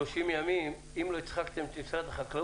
30 ימים אם לא הצחקתם את משרד החקלאות,